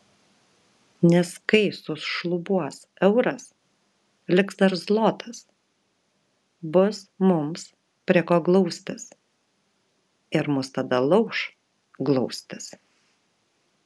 nes kai sušlubuos euras liks dar zlotas bus mums prie ko glaustis ir mus tada lauš glaustis